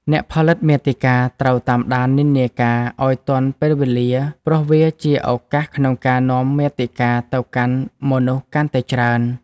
អ្នកផលិតមាតិកាត្រូវតាមដាននិន្នាការ ឱ្យទាន់ពេលវេលា ព្រោះវាជាឱកាសក្នុងការនាំមាតិកាទៅកាន់មនុស្សកាន់តែច្រើន។